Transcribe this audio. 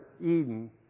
Eden